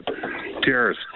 Cheers